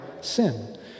sin